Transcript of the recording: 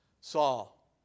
Saul